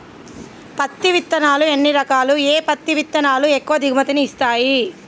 పత్తి విత్తనాలు ఎన్ని రకాలు, ఏ పత్తి విత్తనాలు ఎక్కువ దిగుమతి ని ఇస్తాయి?